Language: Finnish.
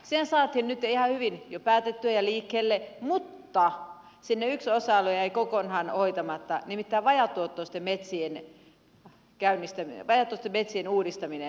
se saatiin nyt ihan hyvin jo päätettyä ja liikkeelle mutta yksi osa alue jäi kokonaan hoitamatta nimittäin vajaatuottoisten metsien uudistaminen